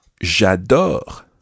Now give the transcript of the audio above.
j'adore